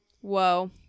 Whoa